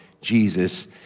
Jesus